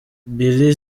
billy